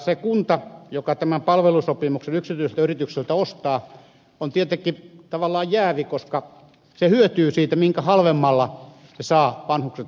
se kunta joka tämän palvelusopimuksen yksityiseltä yritykseltä ostaa on tietenkin tavallaan jäävi koska se hyötyy sitä enemmän mitä halvemmalla saa vanhukset hoidettua